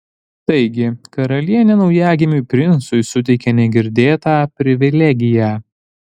taigi karalienė naujagimiui princui suteikė negirdėtą privilegiją